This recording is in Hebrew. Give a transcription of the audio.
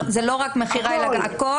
זה לא רק מכירה אלא הכול?